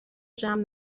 جمع